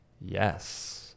Yes